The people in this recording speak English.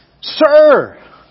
Sir